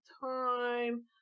time